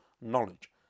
knowledge